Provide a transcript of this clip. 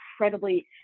incredibly